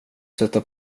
sätta